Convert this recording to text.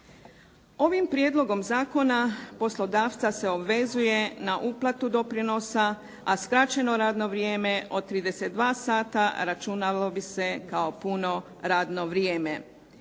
Ovim prijedlogom zakona poslodavca se obvezuje na uplatu doprinosa, a skraćeno radno vrijeme od 32 sata računalo bi se kao puno radno vrijeme.